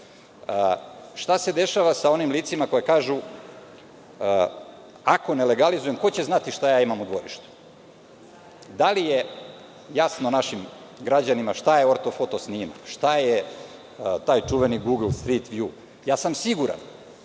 se dešava sa onim licima koja kažu – ako ne legalizujem, ko će znati šta imam u dvorištu? Da li je jasno našim građanima šta je ortofoto snimak, šta je taj čuveni „gugl strit vju“. Siguran